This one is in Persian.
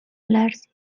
لرزید